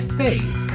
faith